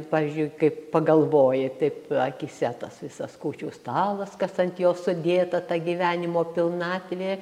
pavyzdžiui kaip pagalvoji taip akyse tas visas kūčių stalas kas ant jo sudėta ta gyvenimo pilnatvė